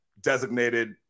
designated